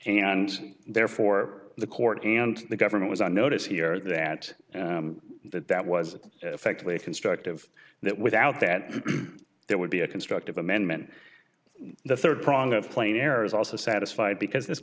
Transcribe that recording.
and therefore the court and the government was on notice here that that that was effectively constructive that without that there would be a constructive amendment the third prong of plain error is also satisfied because th